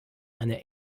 eine